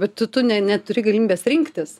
bet tu tu ne neturi galimybės rinktis